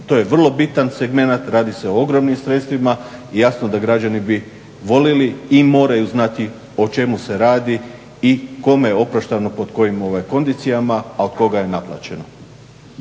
to je vrlo bitan segmenat, radi se o ogromnim sredstvima. I jasno da građani bi volili i moraju znati o čemu se radi i kome je oprošteno pod kojim kondicijama, a od koga je naplaćeno.